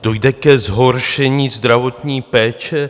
Dojde ke zhoršení zdravotní péče?